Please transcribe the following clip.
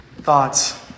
Thoughts